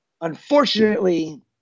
unfortunately